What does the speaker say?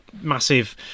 massive